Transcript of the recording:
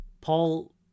Paul